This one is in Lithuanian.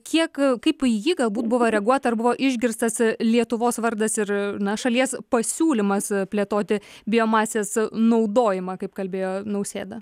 kiek kaip į jį galbūt buvo reaguota ar buvo išgirstas lietuvos vardas ir na šalies pasiūlymas plėtoti biomasės naudojimą kaip kalbėjo nausėda